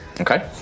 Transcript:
Okay